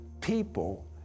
People